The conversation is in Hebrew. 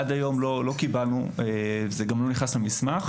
עד היום לא קיבלנו אותם, וזה גם לא נכנס למסמך.